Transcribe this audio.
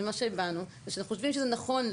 ומה שהבענו שאנחנו חושבים שזה נכון,